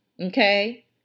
okay